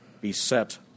beset